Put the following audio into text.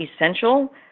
essential